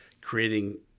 creating